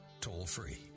toll-free